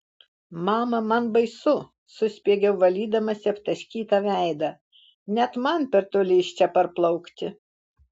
mama man baisu suspiegiau valydamasi aptaškytą veidą net man per toli iš čia parplaukti